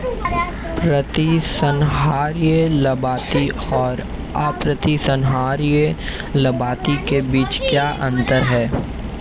प्रतिसंहरणीय लाभार्थी और अप्रतिसंहरणीय लाभार्थी के बीच क्या अंतर है?